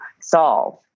solve